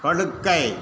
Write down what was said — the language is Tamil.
படுக்கை